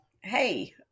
hey